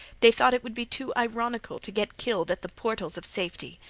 they thought it would be too ironical to get killed at the portals of safety.